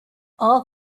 all